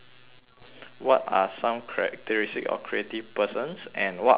what are some characteristics of creative persons and what are some